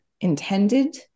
intended